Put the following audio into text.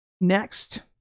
next